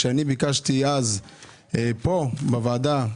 כשביקשתי אז פה בוועדה,